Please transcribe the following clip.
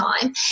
time